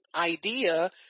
idea